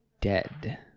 dead